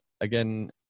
Again